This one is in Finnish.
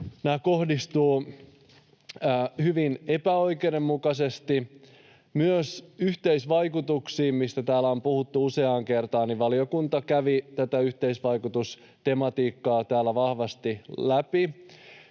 kohdistuvat hyvin epäoikeudenmukaisesti. Myös yhteisvaikutuksista täällä on puhuttu useaan kertaan, ja valiokunta kävi tätä yhteisvaikutustematiikkaa täällä vahvasti läpi.